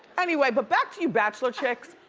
anyway, but back to you bachelor chicks.